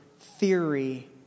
theory